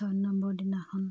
ছয় নম্বৰ দিনাখন